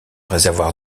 réservoir